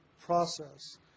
process